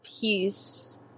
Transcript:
peace